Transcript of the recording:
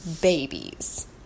babies